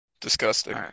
Disgusting